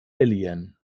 alien